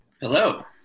Hello